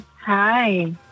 Hi